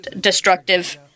destructive